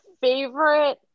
favorite